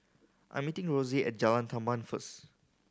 I'm meeting Rossie at Jalan Tamban first